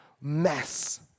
mess